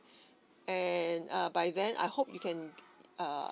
and err by then I hope you can err